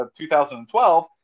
2012